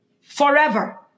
forever